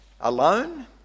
alone